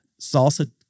Salsa